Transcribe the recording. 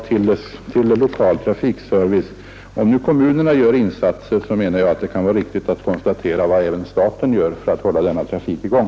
Om man alltså säger att kommunerna gör insatser i detta fall, så menar jag att det kan vara riktigt att också nämna vad staten gör för att hålla denna trafik i gång.